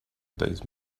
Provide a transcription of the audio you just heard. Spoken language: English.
those